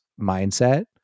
mindset